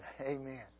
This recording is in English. Amen